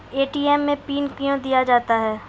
ATM मे PIN कयो दिया जाता हैं?